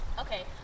Okay